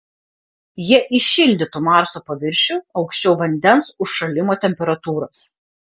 jie įšildytų marso paviršių aukščiau vandens užšalimo temperatūros